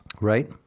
Right